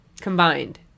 combined